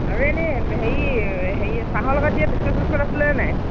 আৰু এনেই হেৰি হেৰি চাহৰ লগত দিয়া বিস্কুট চিস্কুট আছিলে নে নাই